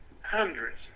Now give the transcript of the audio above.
hundreds